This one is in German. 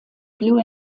blue